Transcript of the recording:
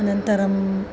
अनन्तरम्